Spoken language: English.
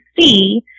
see